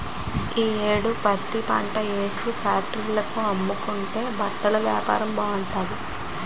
ఈ యేడు పత్తిపంటేసి ఫేట్రీల కమ్ముకుంటే బట్టలేపారం బాగుంటాది